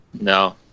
no